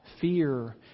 fear